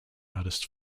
artists